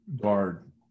guard